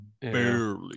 barely